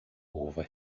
over